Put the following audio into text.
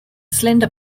slender